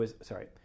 sorry